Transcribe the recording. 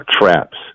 traps